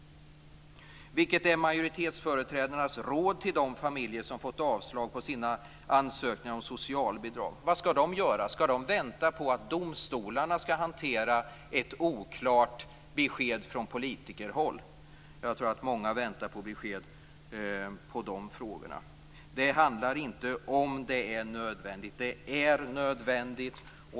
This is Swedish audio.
Vilket är majoritetsföreträdarnas råd till de familjer som fått avslag på sina ansökningar om socialbidrag? Vad skall de göra? Skall de vänta på att domstolarna skall hantera ett oklart besked från politikerhåll? Jag tror att många väntar på besked på dessa frågor. Frågan är inte om det är nödvändigt, för det är nödvändigt.